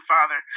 Father